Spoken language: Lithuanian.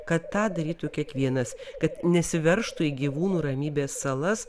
kad tą darytų kiekvienas kad nesiveržtų į gyvūnų ramybės salas